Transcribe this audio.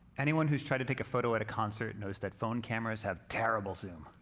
anyone who's tried to take a photo at a concert knows that phone cameras have terrible zoom.